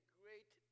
great